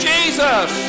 Jesus